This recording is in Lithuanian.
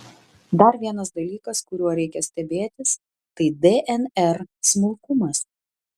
dar vienas dalykas kuriuo reikia stebėtis tai dnr smulkumas